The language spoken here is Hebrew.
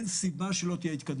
אני אומר שאין סיבה שלא תהיה התקדמות.